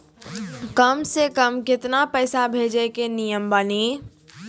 कम से कम केतना पैसा भेजै के नियम बानी?